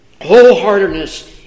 wholeheartedness